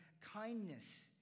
kindness